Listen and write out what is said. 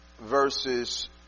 verses